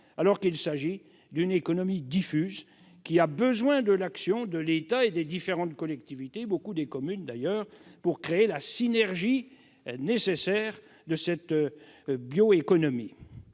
alors qu'il s'agit d'une économie diffuse qui a besoin de l'action de l'État et des différentes collectivités, en particulier des communes, pour créer la synergie nécessaire à cette bioéconomie.